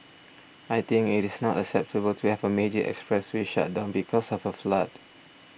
I think it is not acceptable to have a major expressway shut down because of a flood